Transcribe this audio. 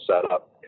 setup